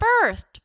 first